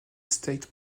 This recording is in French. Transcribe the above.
states